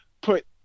put